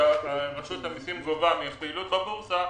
שרשות המיסים גובה מפעילות בבורסה,